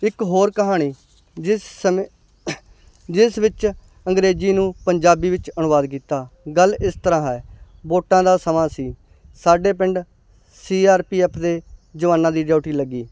ਇੱਕ ਹੋਰ ਕਹਾਣੀ ਜਿਸ ਸਮੇਂ ਜਿਸ ਵਿੱਚ ਅੰਗਰੇਜ਼ੀ ਨੂੰ ਪੰਜਾਬੀ ਵਿੱਚ ਅਨੁਵਾਦ ਕੀਤਾ ਗੱਲ ਇਸ ਤਰ੍ਹਾਂ ਹੈ ਵੋਟਾਂ ਦਾ ਸਮਾਂ ਸੀ ਸਾਡੇ ਪਿੰਡ ਸੀ ਆਰ ਪੀ ਐਫ ਦੇ ਜਵਾਨਾਂ ਦੀ ਡਿਊਟੀ ਲੱਗੀ